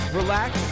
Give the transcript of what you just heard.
relax